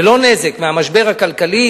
ללא נזק, מהמשבר הכלכלי.